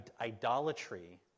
Idolatry